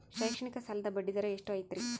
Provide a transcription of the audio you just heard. ಶೈಕ್ಷಣಿಕ ಸಾಲದ ಬಡ್ಡಿ ದರ ಎಷ್ಟು ಐತ್ರಿ?